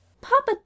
papa